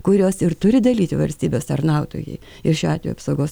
kuriuos ir turi dalyti valstybės tarnautojai ir šiuo atveju apsaugos